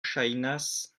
ŝajnas